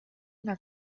una